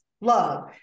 love